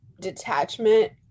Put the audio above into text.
detachment